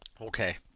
Okay